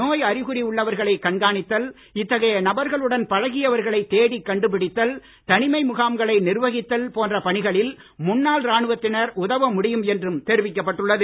நோய் அறிகுறி உள்ளவர்களை கண்காணித்தல் இத்தகைய நபர்களுடன் பழகியவர்களை தேடி கண்டுபிடித்தல் தனிமை முகாம்களை நிர்வகித்தல் போன்ற பணிகளில் முன்னாள் ராணுவத்தினர் உதவ முடியும் என்றும் தெரிவிக்கப்பட்டுள்ளது